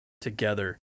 together